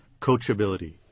Coachability